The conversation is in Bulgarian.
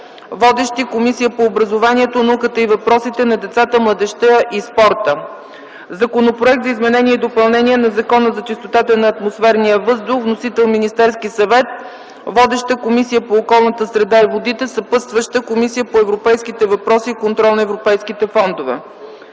Водеща е Комисията по образованието, науката и въпросите на децата, младежта и спорта. Законопроект за изменение и допълнение на Закона за чистотата на атмосферния въздух. Вносител е Министерският съвет. Водеща е Комисията по околната среда и водите. Съпътстваща е Комисията по европейските въпроси и контрол на европейските фондове.